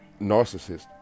narcissist